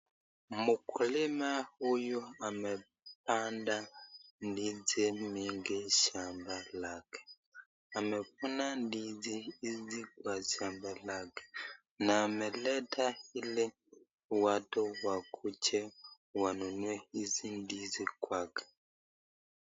Mkulima huyu amepanda ndizi mingi shamba lake. Amevuna ndizi hizi kwa shamba lake na ameleta ili watu wakuje wanunue hizi ndizi kwake.